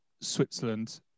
Switzerland